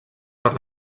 per